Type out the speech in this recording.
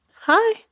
hi